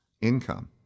income